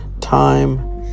time